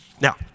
Now